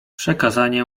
przykazanie